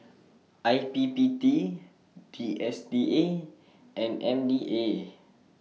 I P P D T S D A and M D A